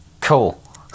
Cool